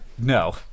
No